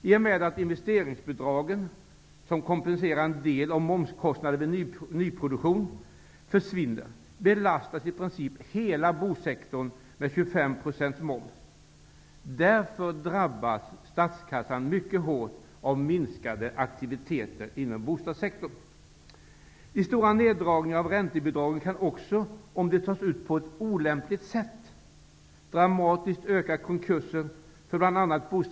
I och med att investeringsbidragen, som kompenserar en del av momskostnaden vid nyproduktion, försvinner belastas i princip hela bostadssektorn med 25 % moms. Därför drabbas statskassan mycket hårt av minskade aktiviteter inom bostadssektorn. De stora neddragningarna av räntebidragen kan också, om de tas ut på ett olämpligt sätt, dramatiskt öka antalet konkurser för bl.a.